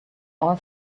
all